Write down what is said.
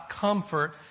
comfort